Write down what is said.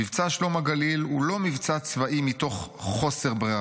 מבצע 'שלום הגליל' הוא לא מבצע צבאי מתוך חוסר ברירה.